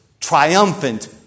triumphant